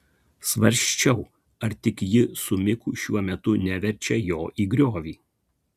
svarsčiau ar tik ji su miku šiuo metu neverčia jo į griovį